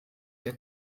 der